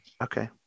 okay